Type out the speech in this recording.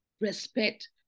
Respect